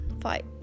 fight